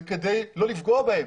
זה כדי לא לפגוע בהם.